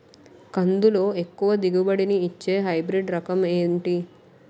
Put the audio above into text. కందుల లో ఎక్కువ దిగుబడి ని ఇచ్చే హైబ్రిడ్ రకం ఏంటి?